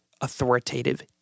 authoritative